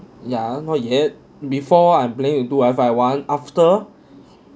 ya not yet before I blame you do F_I one after